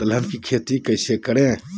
दलहन की खेती कैसे करें?